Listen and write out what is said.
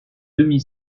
demi